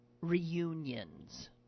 reunions